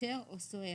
שוטר או סוהר".